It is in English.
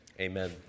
amen